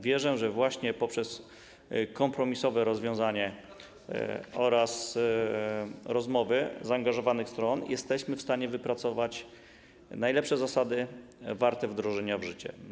Wierzę, że właśnie poprzez kompromisowe rozwiązanie oraz rozmowy zaangażowanych stron jesteśmy w stanie wypracować najlepsze zasady, warte wdrożenia w życie.